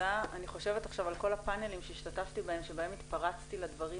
אני חושבת עכשיו על כל הפנלים שהשתתפתי בהם שבהם התפרצתי לדברי